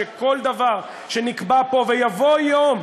שכל דבר שנקבע פה, ויבוא יום,